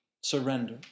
surrender